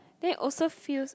then always feels